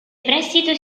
prestito